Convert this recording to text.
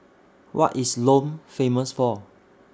What IS Lome Famous For